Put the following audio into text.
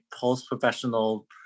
post-professional